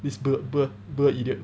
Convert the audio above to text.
this blur blur blur idiot